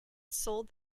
sold